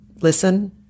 Listen